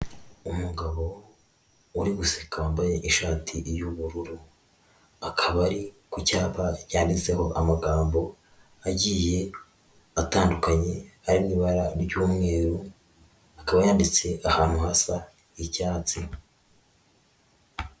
Umugabo uri guseka wambaye ishati y'ubururu, akaba ari ku cyapa cyanditseho amagambo agiye atandukanye, ari mu ibara ry'umweru, akaba yanditse ahantu hasa icyatsi.